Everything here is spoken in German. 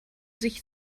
sich